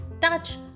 touch